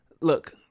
look